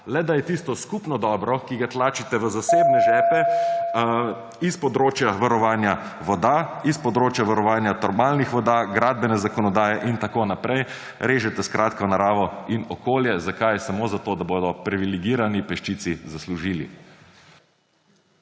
le da je tisto skupno dobro, ki ga tlačite v zasebne žepe, s področja varovanja voda, s področja varovanja termalnih voda, gradbene zakonodaje in tako naprej. Režete skratka v naravo in okolje. Zakaj? Samo zato, da bodo v privilegirani peščici zaslužili.